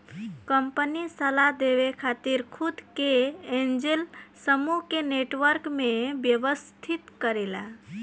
company सलाह देवे खातिर खुद के एंजेल समूह के नेटवर्क में व्यवस्थित करेला